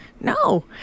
No